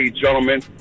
Gentlemen